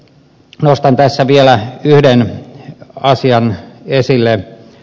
nostan tässä vielä yhden asian esille